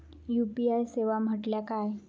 UPI सेवा म्हटल्या काय?